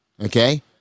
okay